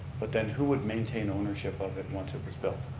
but then who would maintain ownership of it once it was built?